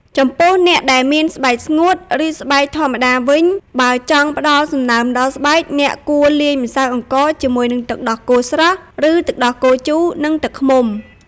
ចំពោះ អ្នកដែលមានស្បែកស្ងួត ឬស្បែកធម្មតាវិញ បើចង់ផ្ដល់សំណើមដល់ស្បែក អ្នកគួរលាយម្សៅអង្ករជាមួយនឹងទឹកដោះគោស្រស់ ឬទឹកដោះគោជូរ និងទឹកឃ្មុំ។